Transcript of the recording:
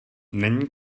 není